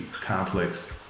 complex